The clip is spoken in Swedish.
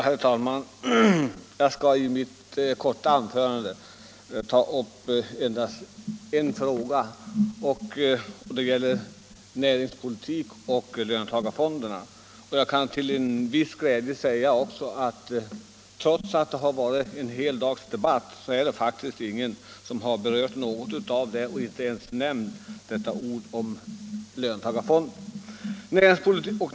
Herr talman! Jag skall i mitt korta anförande ta upp endast en fråga. Den gäller näringspolitiken och löntagarfonderna. Jag kan med en viss glädje också konstatera att trots att debatten har pågått hela dagen är det faktiskt ingen som har nämnt ordet löntagarfonder.